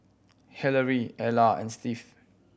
Hillary Ella and Steve